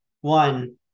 One